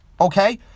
okay